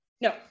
No